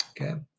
Okay